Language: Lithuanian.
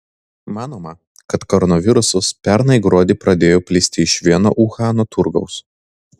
manoma kad koronavirusas pernai gruodį pradėjo plisti iš vieno uhano turgaus